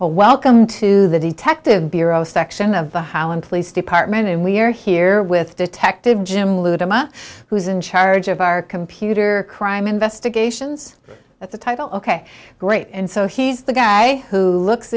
or welcome to the detective bureau section of the holland police department and we're here with detective jim lou diamond who's in charge of our computer crime investigations at the title ok great and so he's the guy who looks